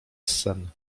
sen